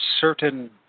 certain